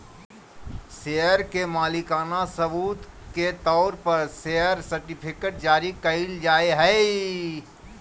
share के मालिकाना सबूत के तौर पर शेयर सर्टिफिकेट्स जारी कइल जाय हइ